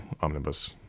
omnibus